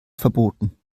verboten